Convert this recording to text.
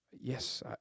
Yes